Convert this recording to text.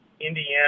Indiana